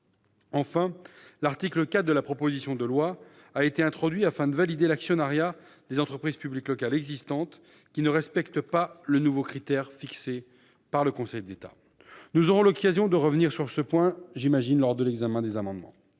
Enfin, l'article 4 de la proposition de loi a été introduit afin de valider l'actionnariat des entreprises publiques locales existantes qui ne respectent pas le nouveau critère fixé par le Conseil d'État. Nous aurons l'occasion de revenir sur ce point lors de l'examen des amendements.